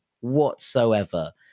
whatsoever